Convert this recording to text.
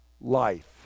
life